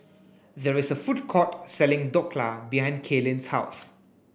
there is a food court selling Dhokla behind Kaylyn's house